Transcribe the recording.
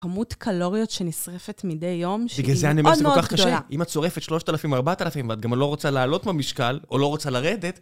כמות קלוריות שנשרפת מדי יום, שהיא מאוד מאוד גדולה. בגלל זה אני אומר שזה מאוד קשה, אם את שורפת 3000 או 4000 ואת גם לא רוצה לעלות במשקל או לא רוצה לרדת